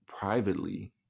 privately